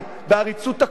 בעריצות הכוח,